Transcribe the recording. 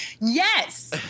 yes